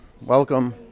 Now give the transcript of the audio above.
Welcome